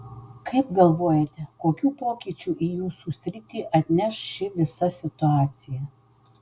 kaip galvojate kokių pokyčių į jūsų sritį atneš ši visa situacija